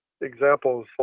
examples